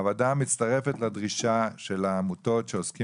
הוועדה מצטרפת לדרישה של העמותות שעוסקות